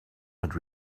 had